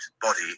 body